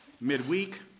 midweek